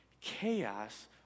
chaos